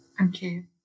Okay